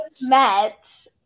met